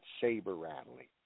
saber-rattling